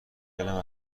دلم